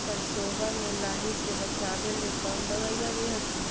सरसोबा मे लाहि से बाचबे ले कौन दबइया दे हखिन?